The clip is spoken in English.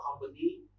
company